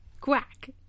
Quack